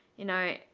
you know,